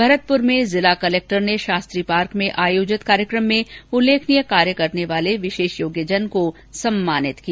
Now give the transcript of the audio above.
भरतपुर में जिला कलक्टर ने शास्त्री पार्क में आयोजित कार्यक्रम में उल्लेखनीय कार्य करने वाले विशेष योग्यजन को सम्मानित किया